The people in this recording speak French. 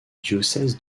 diocèse